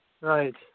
Right